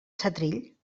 setrill